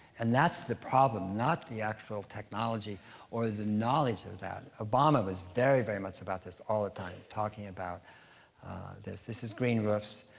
and that's the problem, not the actual technology or the knowledge of that. obama was very, very much about this all the time, talking about this. this is green roofs.